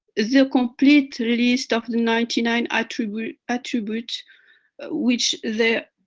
the so complete list of the ninety nine attribute, attributes which the.